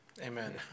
Amen